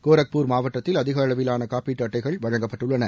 கோரக்பூர் மாவட்டத்தில் அதிக அளவிலான காப்பீட்டு அட்டைகள் வழங்கப்பட்டுள்ளன